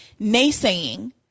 naysaying